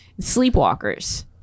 Sleepwalkers